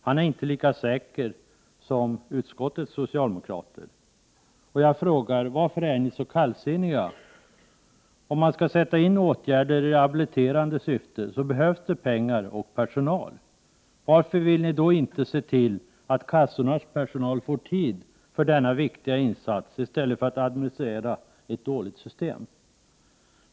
Han är inte lika säker som socialdemokraterna i utskottet. Varför är ni så kallsinniga? Om man skall sätta in åtgärder i rehabiliterande syfte, så behövs det pengar och personal. Varför vill ni då inte se till att kassornas personal får tid för denna viktiga insats i stället för att administrera ett dåligt system?